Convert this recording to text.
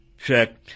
check